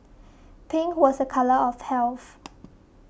pink was a colour of health